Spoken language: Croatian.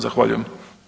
Zahvaljujem.